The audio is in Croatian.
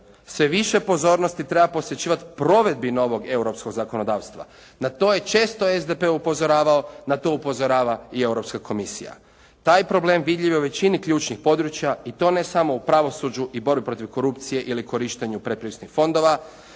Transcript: sve više pozornosti treba posvećivati provedbi novog europskog zakonodavstva. Na to je često SDP upozoravao, na to upozorava i Europska komisija. Taj problem vidljiv je u većini ključnih područja i to ne samo u pravosuđu i borbi protiv korupcije ili korištenju predpristupnih fondova,